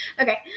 Okay